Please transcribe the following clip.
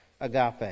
agape